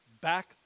back